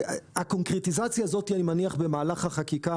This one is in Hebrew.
אני מניח שהקונקרטיזציה הזאת במהלך החקיקה